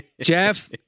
Jeff